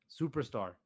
superstar